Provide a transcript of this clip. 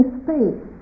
space